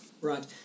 right